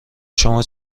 شما